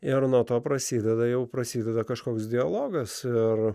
ir nuo to prasideda jau prasideda kažkoks dialogas ir